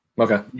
okay